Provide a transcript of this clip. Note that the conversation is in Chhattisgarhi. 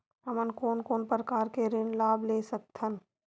हमन कोन कोन प्रकार के ऋण लाभ ले सकत हन?